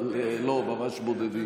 אבל לא, ממש בודדים.